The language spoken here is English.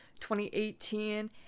2018